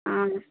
ହଁ